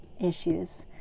issues